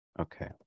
Okay